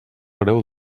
greu